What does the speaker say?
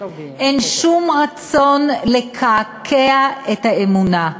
אין שום רצון לקעקע את האמונה.